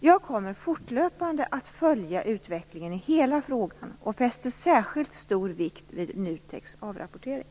Jag kommer fortlöpande att följa utvecklingen i hela frågan och fäster särskilt stor vikt vid NUTEK:s avrapportering.